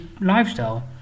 lifestyle